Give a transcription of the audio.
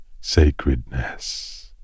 sacredness